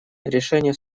решение